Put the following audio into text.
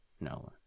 No